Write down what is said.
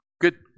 Good